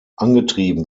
angetrieben